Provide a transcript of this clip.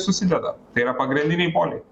susideda tai yra pagrindiniai poliai